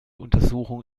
untersuchung